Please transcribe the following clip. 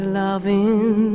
loving